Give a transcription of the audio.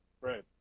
right